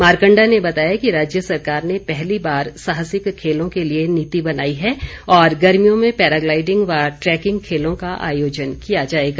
मारकण्डा ने बताया कि राज्य सरकार ने पहली बार साहसिक खेलों के लिए नीति बनाई है और गर्मियों में पैराग्लाइडिंग व ट्रैकिंग खेलों का आयोजन किया जाएगा